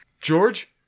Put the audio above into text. George